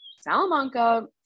Salamanca